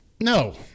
no